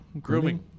grooming